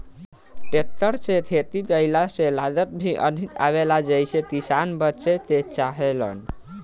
tractor से खेती कईला से लागत भी अधिक आवेला जेइसे किसान बचे के चाहेलन